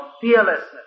fearlessness